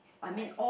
right